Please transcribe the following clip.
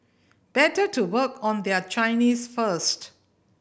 better to work on their Chinese first